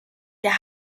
der